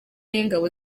y’ingabo